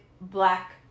black